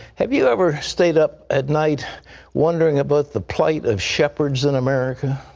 have you ever stayed up at night wondering about the plight of shepherds in america?